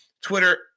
twitter